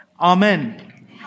Amen